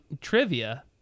trivia